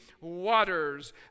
waters